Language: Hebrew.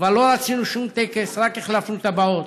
כבר לא רצינו שום טקס, רק החלפנו טבעות.